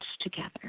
together